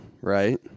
right